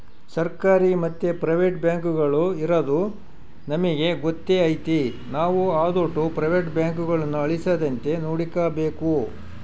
ಸರ್ಕಾರಿ ಮತ್ತೆ ಪ್ರೈವೇಟ್ ಬ್ಯಾಂಕುಗುಳು ಇರದು ನಮಿಗೆ ಗೊತ್ತೇ ಐತೆ ನಾವು ಅದೋಟು ಪ್ರೈವೇಟ್ ಬ್ಯಾಂಕುನ ಅಳಿಸದಂತೆ ನೋಡಿಕಾಬೇಕು